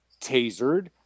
tasered